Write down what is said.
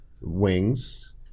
wings